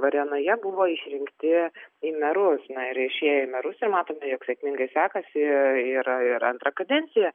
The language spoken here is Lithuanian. varėnoje buvo išrinkti į merus na ir išėjo į merus ir matome jog sėkmingai sekasi ir ir antrą kadenciją